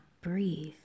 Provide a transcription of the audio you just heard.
breathe